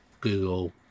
Google